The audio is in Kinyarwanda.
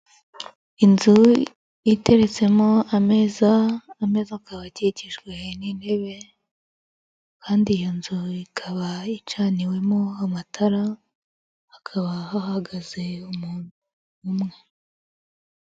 Inzu iteretsemo ameza, ameza akaba akikijwe n'intebe kandi iyo nzu ikaba icaniwemo amatara, hakaba hahagaze umuntu umwe.